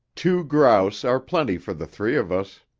two grouse are plenty for the three of us.